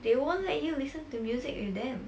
they won't let you listen to music with them